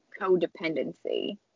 codependency